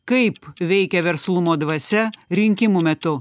kaip veikia verslumo dvasia rinkimų metu